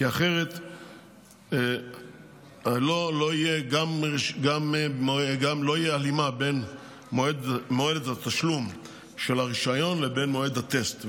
אחרת לא תהיה הלימה בין מועד התשלום של הרישיון לבין מועד הטסט.